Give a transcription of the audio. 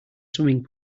swimming